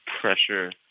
pressure